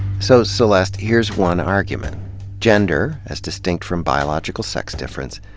so, celeste, here's one argument gender, as distinct from biological sex difference,